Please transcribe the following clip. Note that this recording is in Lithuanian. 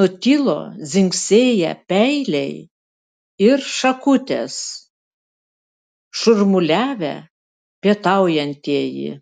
nutilo dzingsėję peiliai ir šakutės šurmuliavę pietaujantieji